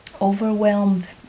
overwhelmed